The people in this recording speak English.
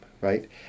right